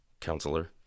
Counselor